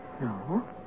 No